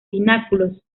pináculos